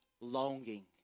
longing